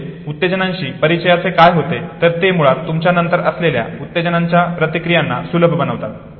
म्हणजे उत्तेजानांशी परिचयाचे काय होते तर ते मुळात तुमच्या नंतर असलेल्या उत्तेजनाच्या प्रतिक्रियांना सुलभ बनवतात